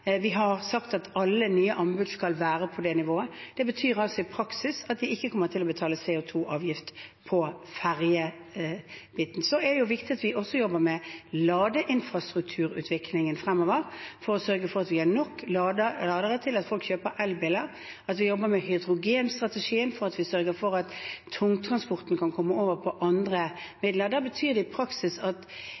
Vi har sagt at alle nye anbud skal være på det nivået. Det betyr i praksis at de ikke kommer til å betale CO 2 -avgift på ferjebiten. Så er det viktig at vi også jobber med ladeinfrastrukturutviklingen fremover og sørger for at vi har nok ladere til at folk kjøper elbiler, og at vi jobber med hydrogenstrategien for å sørge for at tungtransporten kan komme over på andre transportmidler. Det betyr i praksis at